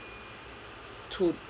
to